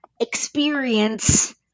experience